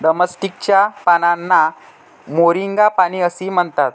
drumstick च्या पानांना moringa पाने असेही म्हणतात